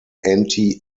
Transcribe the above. anti